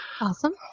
Awesome